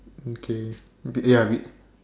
okay ya a bit